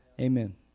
Amen